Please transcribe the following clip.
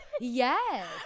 yes